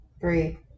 Three